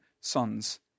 sons